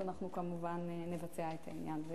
אנחנו כמובן נבצע את העניין.